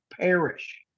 perish